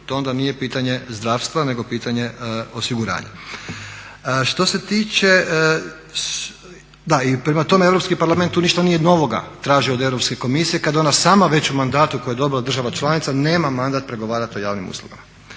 to onda nije pitanje zdravstva nego pitanje osiguranja. I prema tome Europski parlament tu ništa nije novoga tražio od Europske komisije kad ona sama već u mandatu koji je dobila država članica nema mandat pregovarat o javnim uslugama.